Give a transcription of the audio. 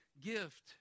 gift